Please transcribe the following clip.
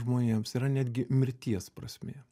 žmonėms yra netgi mirties prasmė